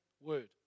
word